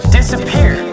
disappear